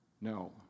no